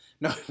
No